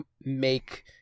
make